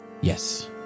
Yes